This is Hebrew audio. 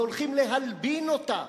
והולכים להלבין אותה